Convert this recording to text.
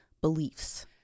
beliefs